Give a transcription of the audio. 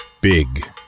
Big